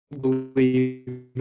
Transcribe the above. believe